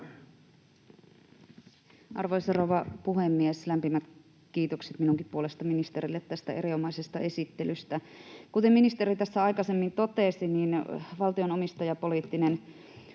Arvoisa rouva puhemies! Lämpimät kiitokset minunkin puolestani ministerille tästä erinomaisesta esittelystä. Kuten ministeri tässä aikaisemmin totesi, valtion omistajapoliittinen